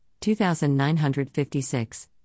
2956